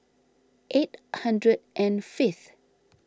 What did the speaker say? eight hundred and fifth